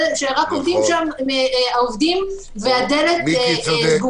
שיש שם רק עובדים והדלת סגורה.